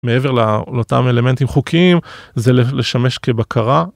מעבר לאותם אלמנטים חוקיים זה לשמש כבקרה.